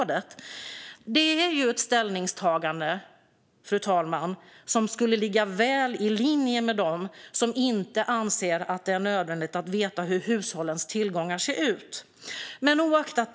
Det är ett ställningstagande som skulle ligga väl i linje med dem som inte anser att det är nödvändigt att veta hur hushållens tillgångar ser ut, fru talman.